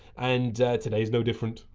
and today is no different.